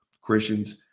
Christians